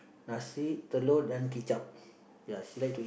nasi telur dan kicap yeah she like to eat that